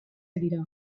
dira